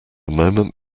moment